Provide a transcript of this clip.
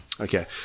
okay